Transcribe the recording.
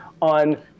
on